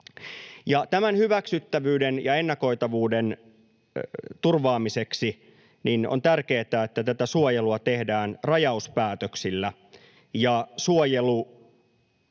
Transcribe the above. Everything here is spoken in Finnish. Tämän hyväksyttävyyden ja ennakoitavuuden turvaamiseksi on tärkeätä, että tätä suojelua tehdään rajauspäätöksillä